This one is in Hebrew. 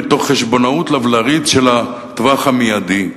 מתוך חשבונאות לבלרית של הטווח המיידי.